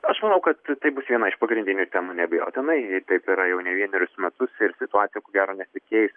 aš manau kad tai bus viena iš pagrindinių temų neabejotinai taip yra jau ne vienerius metus ir situacija ko gero nesikeis